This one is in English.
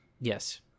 yes